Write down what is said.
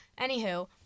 anywho